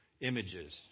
images